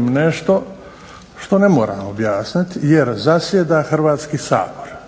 nešto što ne moram objasniti jer zasjeda Hrvatski sabor,